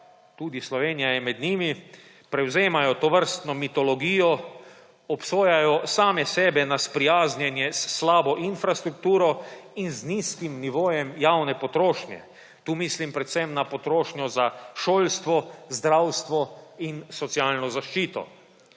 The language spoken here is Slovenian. tudi Slovenija je med njimi, prevzemajo tovrstno mitologijo, obsojajo same sebe na sprijaznjenje s slabo infrastrukturo in z nizkim nivojem javne potrošnje. Tu mislim predvsem na potrošnjo za šolstvo, zdravstvo in socialno zaščito.